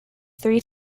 three